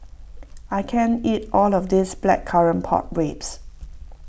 I can't eat all of this Blackcurrant Pork Ribs